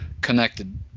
connected